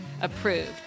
approved